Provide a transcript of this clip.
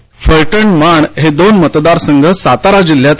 तर फलटण माण हे दोन मतदार संघ सातारा जिल्ह्यात आहेत